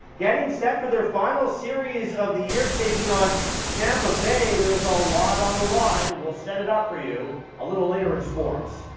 getting set for their final series of the year taking on tampa bay there's a lot on the line and we'll set it up for you a little later in sports.